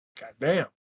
Goddamn